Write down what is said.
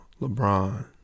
LeBron